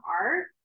art